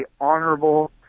honorable